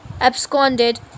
absconded